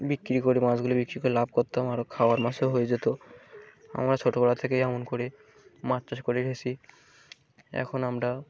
বিক্রি করে মাছগুলো বিক্রি করে লাভ করতাম আরও খাওয়ার মাছও হয়ে যেত আমরা ছোটোবেলা থেকেই এমন করে মাছ চাষ করে হেসি এখন আমরা